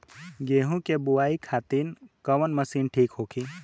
गेहूँ के बुआई खातिन कवन मशीन ठीक होखि?